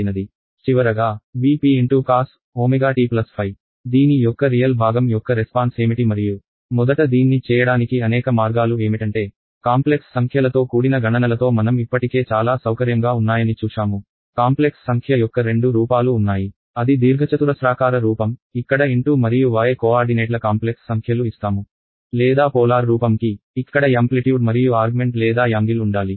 చివరగా V p cos ω t ϕ దీని యొక్క రియల్ భాగం యొక్క రెస్పాన్స్ ఏమిటి మరియు మొదట దీన్ని చేయడానికి అనేక మార్గాలు ఏమిటంటే కాంప్లెక్స్ సంఖ్యలతో కూడిన గణనలతో మనం ఇప్పటికే చాలా సౌకర్యంగా ఉన్నాయని చూశాము కాంప్లెక్స్ సంఖ్య యొక్క రెండు రూపాలు ఉన్నాయి అది దీర్ఘచతురస్రాకార రూపం ఇక్కడ x మరియు y కోఆర్డినేట్ల కాంప్లెక్స్ సంఖ్యలు ఇస్తాము లేదా పోలార్ రూపం కి ఇక్కడ యాంప్లిట్యూడ్ మరియు ఆర్గ్మెంట్ లేదా యాంగిల్ ఉండాలి